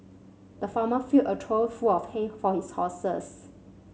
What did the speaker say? the farmer filled a trough full of hay for his horses